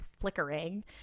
flickering